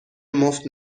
مفت